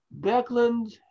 Beckland